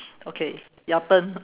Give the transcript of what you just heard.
okay your turn